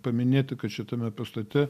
paminėti kad šitame pastate